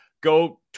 go